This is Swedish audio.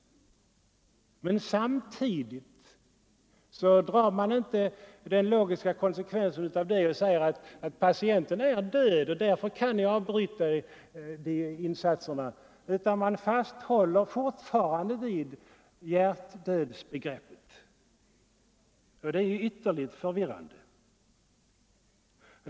Samtidigt underlåter emellertid socialstyrelsen att dra den logiska konsekvensen av detta, nämligen att säga att patienten är död och att insatserna därför kan avbrytas. Man fasthåller fortfarande vid hjärtdödsbegreppet, och detta är ytterligt förvirrande.